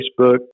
Facebook